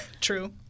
true